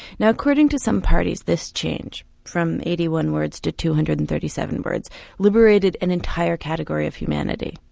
now according to some parties this change from eighty one words to two hundred and thirty seven words liberated an entire category of humanity.